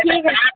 ঠিক আছে